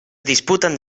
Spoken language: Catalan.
disputen